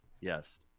Yes